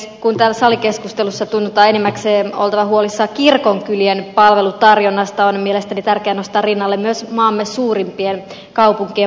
kun täällä salikeskustelussa tunnutaan enimmäkseen olevan huolissaan kirkonkylien palvelutarjonnasta on mielestäni tärkeää nostaa rinnalle myös maamme suurimpien kaupunkien palvelutarpeet